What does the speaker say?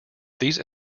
these